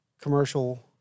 commercial